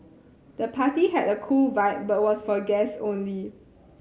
the party had a cool vibe but was for guests only